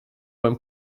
beim